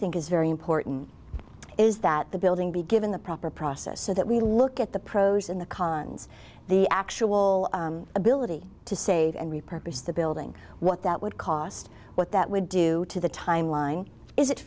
think is very important is that the building be given the proper process so that we look at the pros and the cons the actual ability to save and repurpose the building what that would cost what that would do to the timeline is it